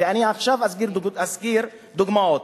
ואני עכשיו אזכיר דוגמאות.